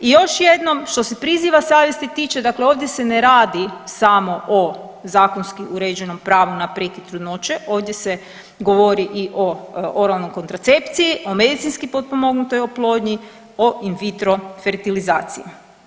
I još jednom što se priziva savjesti tiče dakle ovdje se ne radi samo o zakonski uređenom pravu na prekid trudnoće, ovdje se govori i o oralnoj kontracepciji, o medicinski potpomognutoj oplodnji, o in vitro fertilizaciji.